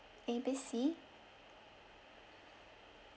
A B C